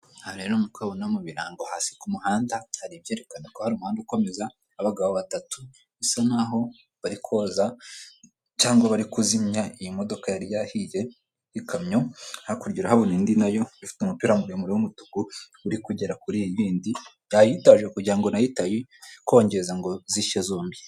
Aha rero nk'uko uhabona mu birango hasi ku muhanda hari ibyerekana ko hari umuhanda ukomeza, abagabo batatu bisa nk'aho bari koza cyangwa bari kuzimya iyi modoka yari yahiye y'ikamyo, hakurya urahabona indi nayo ifite umupira muremure w'umutuku uri kugera kuri ir'iyi y'indi yayitaje kugira ngo nayo itayikongeza ngo zishye zombi.